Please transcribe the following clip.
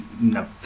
no